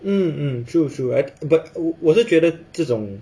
mm mm true true I think but 我是觉得这种